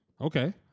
Okay